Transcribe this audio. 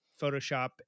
Photoshop